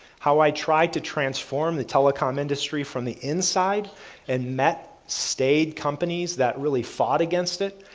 how i tried to transform the telecom industry from the inside and that stayed companies that really fought against it.